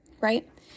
right